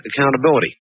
accountability